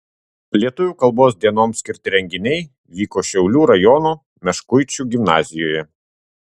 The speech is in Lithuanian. lietuvių kalbos dienoms skirti renginiai vyko šiaulių rajono meškuičių gimnazijoje